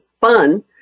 fun